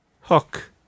Hook